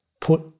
put